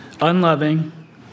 unloving